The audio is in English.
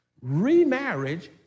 Remarriage